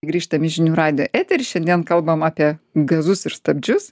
grįžtam į žinių radijo eterį šiandien kalbam apie gazus ir stabdžius